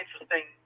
interesting